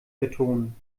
vertonen